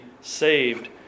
saved